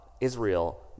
Israel